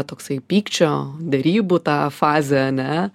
toksai pykčio derybų tą fazę ane